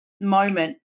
moment